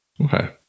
Okay